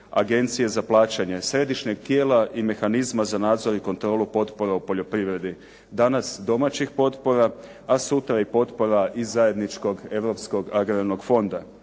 Agencije za plaćanje, središnjeg tijela i mehanizma za nadzor i kontrolu potpora u poljoprivredi, danas domaćih potpora a sutra i potpora iz zajedničkog europskog agrarnog fonda.